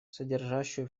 содержащую